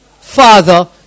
father